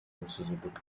gusuzugurwa